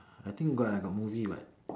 I think got ah got movie [what]